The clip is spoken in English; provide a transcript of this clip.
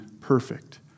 perfect